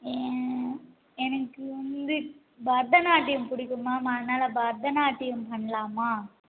எனக்கு வந்து பரதநாட்டியம் பிடிக்கும் மேம் அதனாலே பரதநாட்டியம் பண்ணலாமா